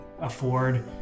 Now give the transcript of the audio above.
afford